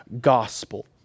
gospel